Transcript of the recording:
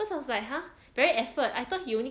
so I was like !huh! very effort I thought he only